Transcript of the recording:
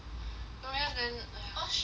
nobody else then !aiya! no point